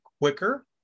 quicker